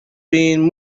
been